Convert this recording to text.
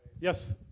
Yes